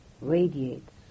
radiates